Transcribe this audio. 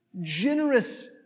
generous